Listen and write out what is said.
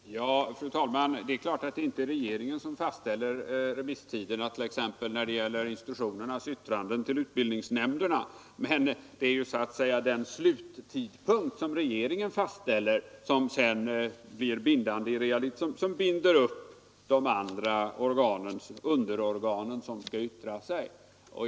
Ang. svårigheter att Fru talman! Det är klart att regeringen inte fastställer remisstiderna utnyttja allemans t.ex. när det gäller institutionernas yttranden till utbildningsnämnderna. "ätten vid oriente Men det är ju den sluttidpunkt som regeringen fastställer som binder upp de underorgan som skall yttra sig.